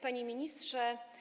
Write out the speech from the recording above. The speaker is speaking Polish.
Panie Ministrze!